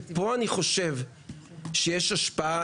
כי פה אני חושב שיש השפעה,